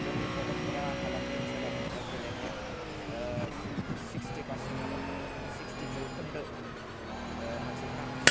जोंनि भकतपारा हालामनि ओनसोलाव गेलेनाया सिक्सटि पार्सेन्टानो सिक्सटि जौखोन्दो मानसिफोरानो